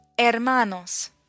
hermanos